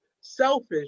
selfish